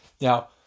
Now